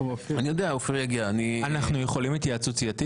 אנחנו יכולים התייעצות סיעתית?